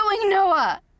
Noah